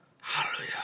Hallelujah